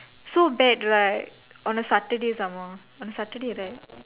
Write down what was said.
so bad right on a Saturday some more on Saturday right